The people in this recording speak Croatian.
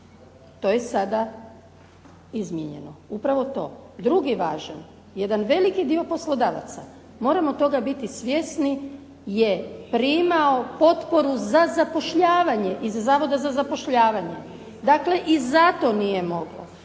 To je sada izmijenjeno. Upravo to. Drugi važan, jedan veliki dio poslodavaca moramo toga biti svjesni je primao potporu za zapošljavanje iz Zavoda za zapošljavanje. Dakle i zato nije moglo.